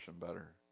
better